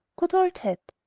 good old hat!